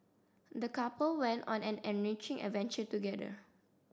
the couple went on an enriching adventure together